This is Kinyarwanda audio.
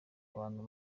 abantu